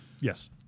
Yes